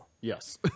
Yes